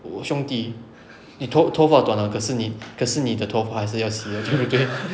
我兄弟你头头发短了可是可是你的头发还是要洗的对不对